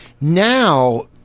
now